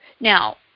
now